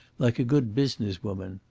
like a good business woman.